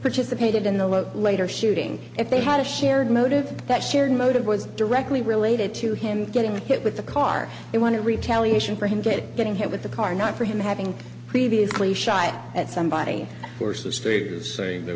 participated in the later shooting if they had a shared motive that sharon motive was directly related to him getting hit with the car he wanted retaliation for him good getting hit with the car not for him having previously shy at somebody